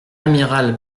amiral